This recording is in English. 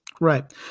Right